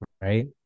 Right